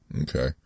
Okay